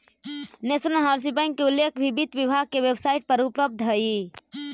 national housing bank के उल्लेख भी वित्त विभाग के वेबसाइट पर उपलब्ध हइ